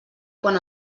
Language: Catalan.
quan